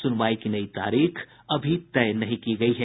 सुनवाई की नई तारीख अभी तक तय नहीं की गई है